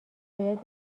باید